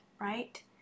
right